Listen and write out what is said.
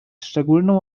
szczególną